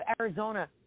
Arizona